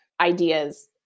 ideas